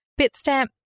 Bitstamp